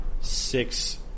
six